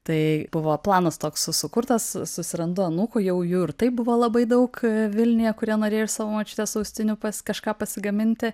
tai buvo planas toks su sukurtas susirandu anūkų jau jų ir taip buvo labai daug vilniuje kurie norėjo iš savo močiutės austinių pas kažką pasigaminti